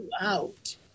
out